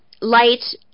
light